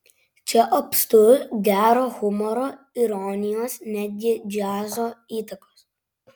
čia apstu gero humoro ironijos netgi džiazo įtakos